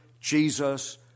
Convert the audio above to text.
Jesus